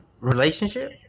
relationship